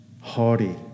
Hardy